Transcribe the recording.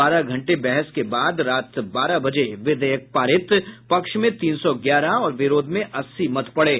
बारह घंटे बहस के बाद रात बारह बजे विधेयक पारित पक्ष में तीन से ग्यारह और विरोध में अस्सी मत पड़े